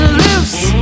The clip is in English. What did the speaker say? loose